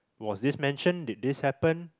was this mentioned did this happen